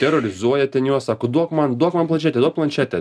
terorizuoja ten juos sako duok man duok man planšetę duok planšetę